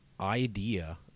idea